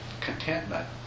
contentment